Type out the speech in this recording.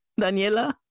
Daniela